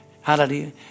Hallelujah